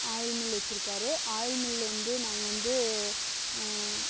oil mill வச்சிருக்கார் oil mill வந்து நாங்கள் வந்து